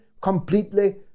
completely